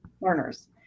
learners